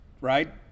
right